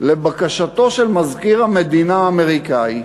לבקשתו של מזכיר המדינה האמריקני ואמרו: